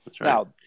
Now